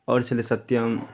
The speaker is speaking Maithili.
आओर छलै सत्यम